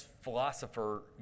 philosopher